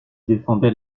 défendait